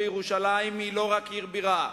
ירושלים היא לא רק עיר בירה,